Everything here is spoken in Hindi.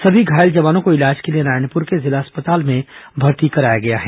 सभी घायल जवानों को इलाज के लिए नारायणपुर के जिला अस्पताल में भर्ती कराया गया है